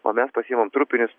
o mes pasiimam trupinius